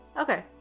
Okay